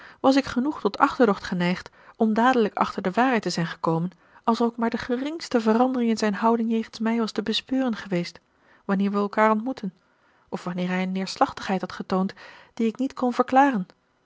was ik genoeg tot achterdocht geneigd om dadelijk achter de waarheid te zijn gekomen als er ook maar de geringste verandering in zijn houding jegens mij was te bespeuren geweest wanneer we elkaar ontmoetten of wanneer hij een neerslachtigheid had getoond die ik niet kon verklaren